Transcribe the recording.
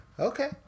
Okay